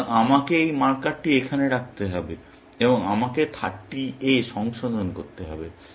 সুতরাং আমাকে এই মার্কারটি এখানে রাখতে হবে এবং আমাকে এটিকে 30 এ সংশোধন করতে হবে